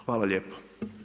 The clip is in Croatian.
Hvala lijepa.